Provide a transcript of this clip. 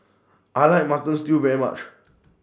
I like Mutton Stew very much